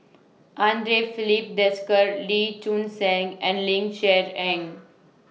Andre Filipe Desker Lee Choon Seng and Ling Cher Eng